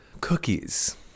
cookies